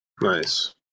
nice